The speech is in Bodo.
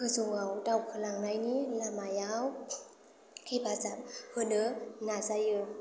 गोजौआव दावखो लांनायनि लामायाव हेफाजाब होनो नाजायो